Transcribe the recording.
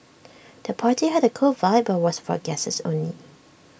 the party had A cool vibe but was for guests only